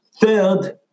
Third